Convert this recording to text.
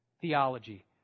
theology